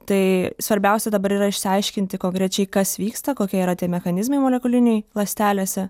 tai svarbiausia dabar yra išsiaiškinti konkrečiai kas vyksta kokie yra tie mechanizmai molekuliniai ląstelėse